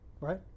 Right